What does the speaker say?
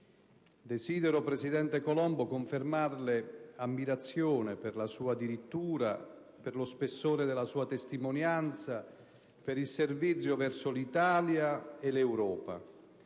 Desidero, presidente Colombo, confermarle ammirazione per la sua dirittura, per lo spessore della sua testimonianza, per il servizio verso l'Italia e l'Europa;